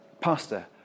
Pastor